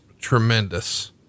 tremendous